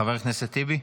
חבר הכנסת טיבי.